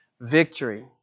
victory